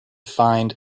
find